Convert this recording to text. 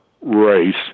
race